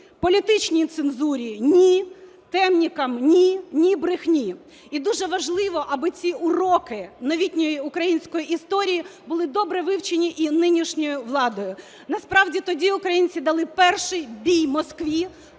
політичній цензурі – ні, темникам – ні, ні – брехні. І дуже важливо, аби ці уроки новітньої української історії були добре вивчені і нинішньою владою. Насправді тоді українці дали перший бій Москві,